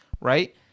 right